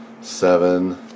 seven